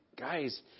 Guys